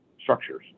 structures